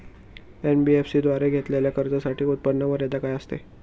NBFC द्वारे घेतलेल्या कर्जासाठी उत्पन्न मर्यादा काय असते?